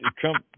Trump